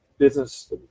business